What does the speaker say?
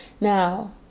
Now